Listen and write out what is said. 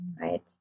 right